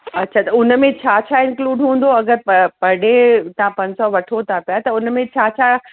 अच्छा त हुन में छा छा इंक्लूड हूंदो अगरि प पर डे तव्हां पंज सौ वठो था पिया त हुन में छा छा